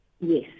Yes